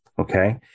Okay